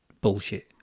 bullshit